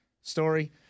story